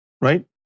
right